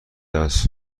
است